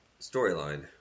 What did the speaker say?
storyline